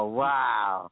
wow